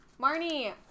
marnie